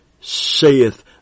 saith